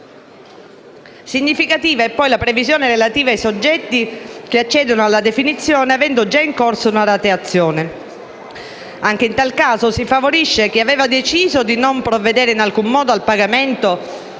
Significativa è poi la previsione relativa ai soggetti che accedono alla definizione avendo già in corso una rateazione: anche in tal caso, si favorisce chi aveva deciso di non provvedere in alcun modo al pagamento